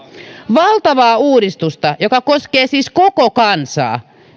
valtavaa uudistusta joka koskee siis koko kansaa